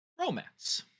romance